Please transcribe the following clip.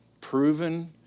Proven